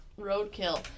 Roadkill